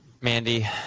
Mandy